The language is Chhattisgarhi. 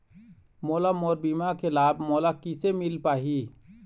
मोला मोर बीमा के लाभ मोला किसे मिल पाही?